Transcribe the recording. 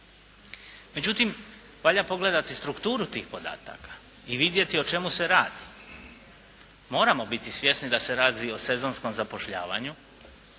Međutim, valja pogledati strukturu tih podataka i vidjeti o čemu se radi. Moramo biti svjesni da se radi o sezonskom zapošljavanju